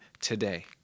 today